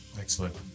Excellent